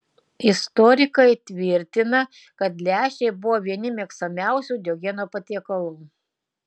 istorikai tvirtina kad lęšiai buvo vieni mėgstamiausių diogeno patiekalų